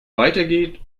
weitergeht